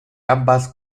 ambas